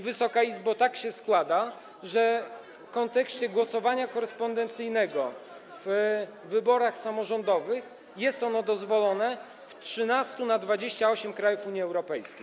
Wysoka Izbo, tak się składa w kontekście głosowania korespondencyjnego, że w wyborach samorządowych jest ono dozwolone w 13 na 28 krajów Unii Europejskiej.